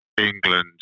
England